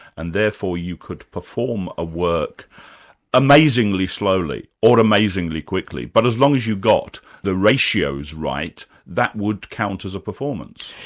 and therefore you could perform a work amazingly slowly, or amazingly quickly, but as long as you got the ratios right, that would count as a performance.